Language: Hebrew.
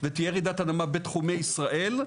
ותהיה רעידת אדמה בתחומי ישראל,